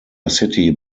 city